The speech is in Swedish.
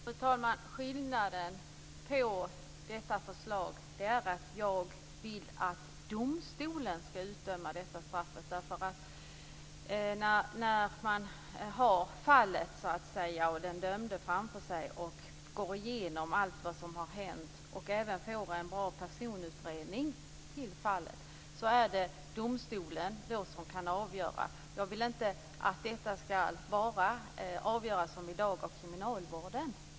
Fru talman! Skillnaden mellan dessa förslag är att jag vill att domstolen skall utdöma straffet. När man har fallet och den dömde framför sig och går igenom allt som hänt, och även får en bra personutredning, är det domstolen som kan avgöra. Jag vill inte att det som i dag skall avgöras av kriminalvården.